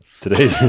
Today